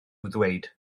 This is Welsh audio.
ddweud